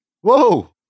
Whoa